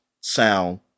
sound